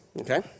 Okay